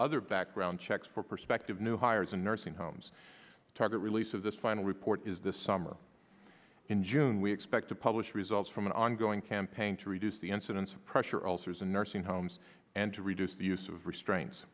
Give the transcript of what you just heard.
other background checks for prospective new hires a nursing homes target release of this final report is this summer in june we expect to publish results from an ongoing campaign to reduce the incidence of pressure alters and nursing homes and to reduce the use of restraints